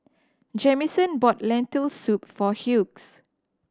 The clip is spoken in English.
Jamison bought Lentil Soup for Hughes